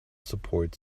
support